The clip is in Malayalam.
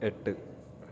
എട്ട്